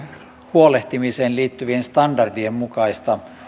huolehtimiseen liittyvien standardien mukaista